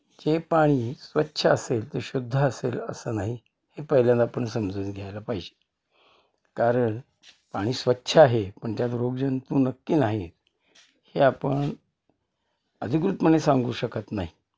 जे पाणी स्वच्छ असेल ते शुद्ध असेल असं नाही हे पहिल्यांदा आपण समजून घ्यायला पाहिजे कारण पाणी स्वच्छ आहे पण त्यात रोगजंतू नक्की नाहीत हे आपण अधिकृतपणे सांगू शकत नाही